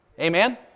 Amen